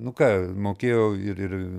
nu ką mokėjau ir ir